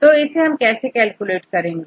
तो इसे कैसे कैलकुलेट करेंगे